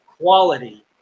quality